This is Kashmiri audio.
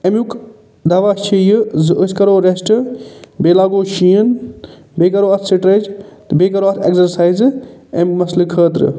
أمیُک دوا چھِ یہِ زِ أسۍ کَرَو ریسٹ بیٚیہِ لاگَو شیٖن بیٚیہِ کَرَو اَتھ سِٹریچ تہٕ بیٚیہِ کَرَو اَتھ اٮ۪گزَرسایزٕ أمۍ مسلہٕ خٲطرٕ